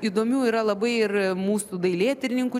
įdomių yra labai ir mūsų dailėtyrininkų